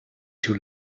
too